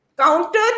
counter